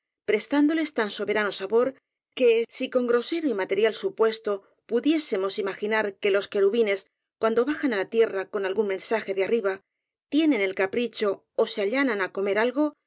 prestándoles tan soberano sabor que si con grosero y material su puesto pudiésemos imaginar que los querubines cuando bajan á la tierra con algún mensaje de arriba tienen el capricho ó se allanan á comer algo